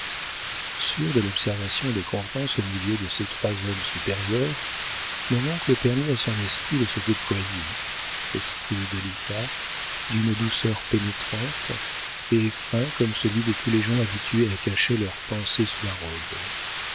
sûr de l'observation des convenances au milieu de ces trois hommes supérieurs mon oncle permit à son esprit de se déployer esprit délicat d'une douceur pénétrante et fin comme celui de tous les gens habitués à cacher leurs pensées sous la robe